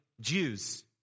Jews